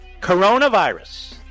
coronavirus